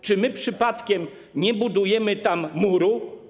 Czy my przypadkiem nie budujemy tam muru?